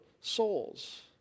souls